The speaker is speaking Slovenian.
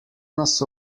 nas